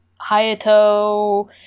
hayato